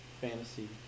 fantasy